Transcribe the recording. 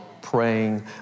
praying